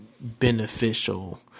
beneficial